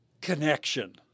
connection